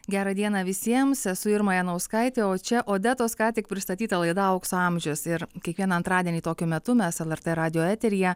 gerą dieną visiems esu irma janauskaitė o čia odetos ką tik pristatyta laida aukso amžius ir kiekvieną antradienį tokiu metu mes lrt radijo eteryje